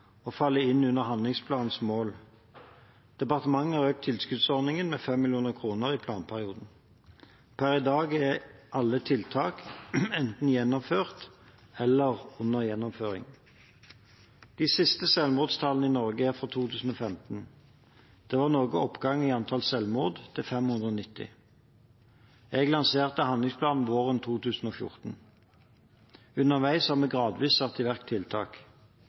inn under handlingsplanens mål. Departementet har økt tilskuddsordningen med 5 mill. kr i planperioden. Per i dag er alle tiltak enten gjennomført eller under gjennomføring. De siste selvmordstallene i Norge er fra 2015. Da var det noe oppgang i antall selvmord – til 590. Jeg lanserte handlingsplanen våren 2014. Underveis har vi gradvis satt i verk tiltak.